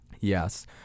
Yes